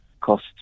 cost